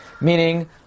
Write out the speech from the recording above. Meaning